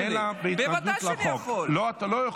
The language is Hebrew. לא, אתה לא יכול.